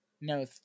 No